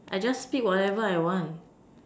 I just speak whatever I want